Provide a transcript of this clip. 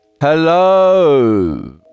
hello